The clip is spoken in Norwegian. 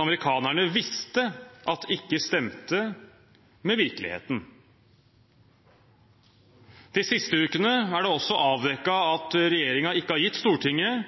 amerikanerne visste ikke stemte overens med virkeligheten. De siste ukene er det også avdekket at regjeringen ikke har gitt Stortinget